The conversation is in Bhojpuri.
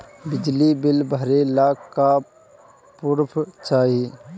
बिजली बिल भरे ला का पुर्फ चाही?